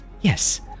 yes